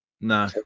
no